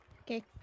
okay